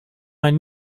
mijn